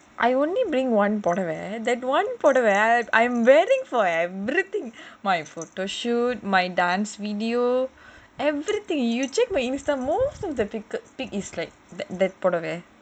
I only bring one pudava that [one] pudava photoshoot my dance we do everything you you check my Instagram pudava